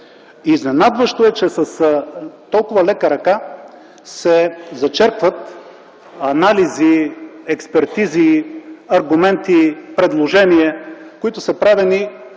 Изненадващо е, че с толкова лека ръка се зачеркват анализи, експертизи, аргументи, предложения, които са правени